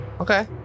okay